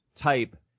type